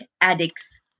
addict's